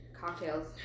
cocktails